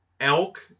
elk